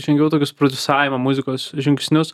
žengiau tokius prodiusavimo muzikos žingsnius